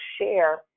share